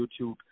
YouTube